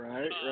Right